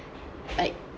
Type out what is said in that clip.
like